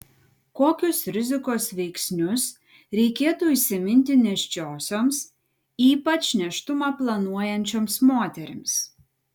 kokius rizikos veiksnius reikėtų įsiminti nėščiosioms ypač nėštumą planuojančioms moterims